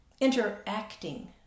Interacting